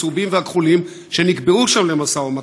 הצהובים והכחולים שנקבעו שם למשא-ומתן.